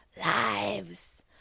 lives